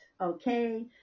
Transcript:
okay